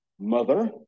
mother